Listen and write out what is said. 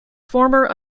former